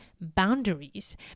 boundaries